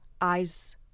eyes